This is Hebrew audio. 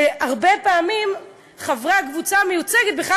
והרבה פעמים חברי הקבוצה המיוצגת בכלל